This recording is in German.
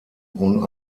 und